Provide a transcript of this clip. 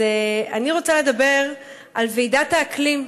אני רוצה לדבר על ועידת האקלים,